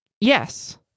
Yes